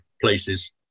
places